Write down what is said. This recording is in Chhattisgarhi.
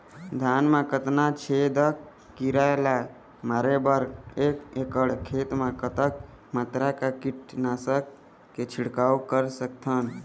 धान मा कतना छेदक कीरा ला मारे बर एक एकड़ खेत मा कतक मात्रा मा कीट नासक के छिड़काव कर सकथन?